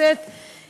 אז חברי חברי הכנסת,